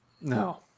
no